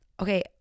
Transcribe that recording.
Okay